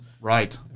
right